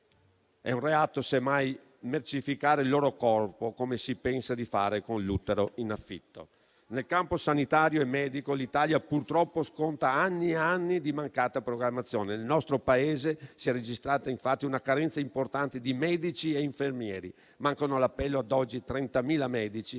è un reato mercificare il loro corpo, come si pensa di fare con l'utero in affitto. Nel campo sanitario e medico l'Italia, purtroppo, sconta anni di mancata programmazione. Nel nostro Paese si è registrata, infatti, una carenza importante di medici e infermieri: ad oggi mancano all'appello 30.000 medici